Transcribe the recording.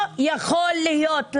לא ייתכן,